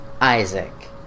Isaac